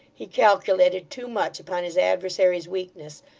he calculated too much upon his adversary's weakness,